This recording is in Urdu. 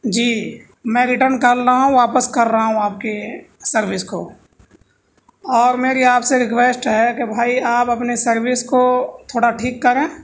جی میں ریٹرن کر رہا ہوں واپس کر رہا ہوں آپ کی سروس کو اور میری آپ سے رکویسٹ ہے کہ بھائی آپ اپنی سروس کو تھوڑا ٹھیک کریں